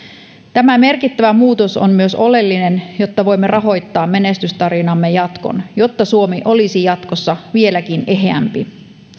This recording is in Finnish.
tämä merkittävä muutos on myös oleellinen jotta voimme rahoittaa menestystarinamme jatkon jotta suomi olisi jatkossa vieläkin eheämpi